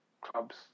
clubs